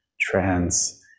trans